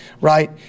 right